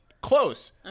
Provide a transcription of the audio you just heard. Close